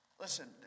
Listen